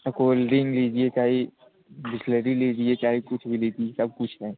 cold drink लजिए चाहे Bisleri लीजिए चाहे कुछ भी लीजिए सब कुछ है